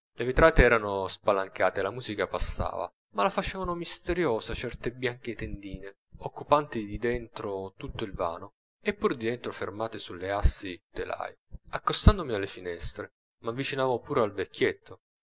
le vetrate erano spalancate e la musica passava ma la facevano misteriosa certe bianche tendine occupanti di dentro tutto il vano e pur di dentro fermate sulle assi d'un telaio accostandomi alle finestre m'avvicinavo pur al vecchietto